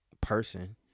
person